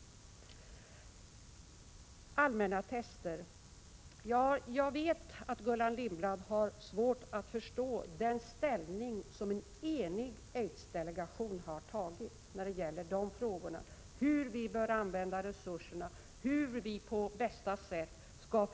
Beträffande allmänna tester vill jag säga följande: Jag vet att Gullan Lindblad har svårt att förstå det ställningstagande som en enig aidsdelegation har gjort när det gäller dessa frågor — hur vi bör använda resurserna och hur vi på bästa sätt skall